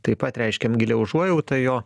taip pat reiškiam gilią užuojautą jo